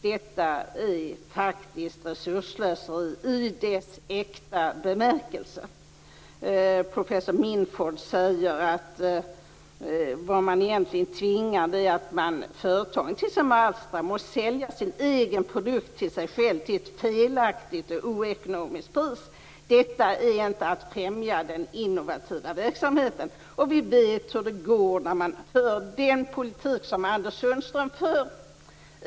Detta är faktiskt resursslöseri i dess äkta bemärkelse. Professor Minford säger att det som händer är att företagen, t.ex. Astra, måste sälja sina egna produkter till sig själv till ett felaktigt och oekonomiskt pris. Detta är inte att främja den innovativa verksamheten. Vi vet hur det går när man för den politik som Anders Sundström för.